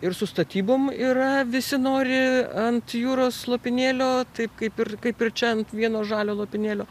ir su statybom yra visi nori ant jūros lopinėlio taip kaip ir kaip ir čia ant vieno žalio lopinėlio